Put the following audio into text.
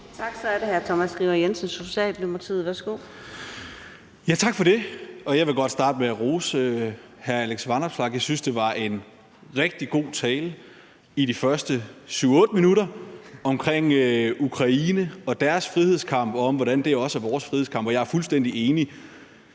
Tak. Så er det hr. Thomas Skriver Jensen, Socialdemokratiet. Værsgo. Kl. 15:36 Thomas Skriver Jensen (S): Tak for det. Jeg vil godt starte med at rose hr. Alex Vanopslagh. Jeg synes, det var en rigtig god tale i de første 7-8 minutter omkring Ukraine og deres frihedskamp og om, hvordan det også er vores frihedskamp, og jeg er fuldstændig enig.